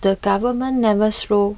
the government never saw